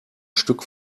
stück